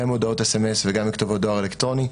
גם עם הודעות סמ"ס וגם בכתובות דואר אלקטרוני.